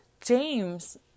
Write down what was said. James